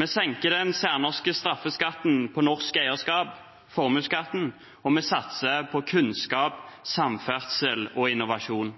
Vi senker den særnorske straffeskatten på norsk eierskap, formuesskatten, og vi satser på kunnskap, samferdsel og innovasjon.